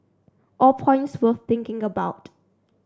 all points worth thinking about